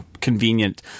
convenient